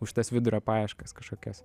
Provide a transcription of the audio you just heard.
už tas vidurio paieškas kažkokias